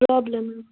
problem